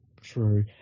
True